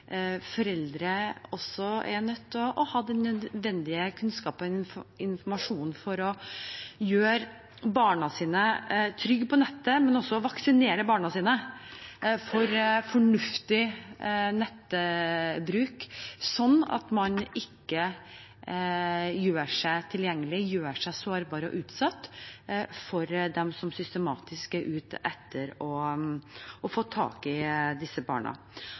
foreldre også er nødt til å ha den nødvendige kunnskapen, informasjonen, for å gjøre barna sine trygge på nettet, men også «vaksinere» barna sine for fornuftig nettbruk slik at man ikke gjør seg tilgjengelig, gjør seg sårbar og utsatt for dem som systematisk er ute etter å få tak i disse barna.